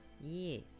Yes